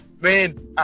man